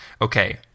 okay